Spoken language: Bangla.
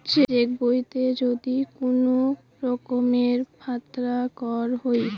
চেক বইতে যদি কুনো রকমের ফাত্রা কর হই